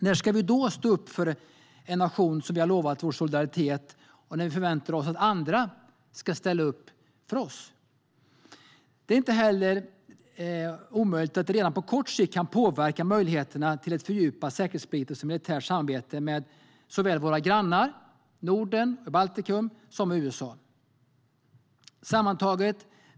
När ska vi då stå upp för en nation som vi har lovat vår solidaritet och när vi förväntar oss att andra ska ställa upp för oss? Det är inte omöjligt att det redan på kort sikt kan påverka möjligheterna till ett fördjupat säkerhetspolitiskt och militärt samarbete med såväl våra grannar i Norden och Baltikum som USA.